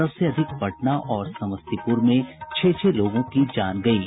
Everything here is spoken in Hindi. सबसे अधिक पटना और समस्तीपुर में छह छह लोगों की जान गयी